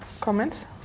comments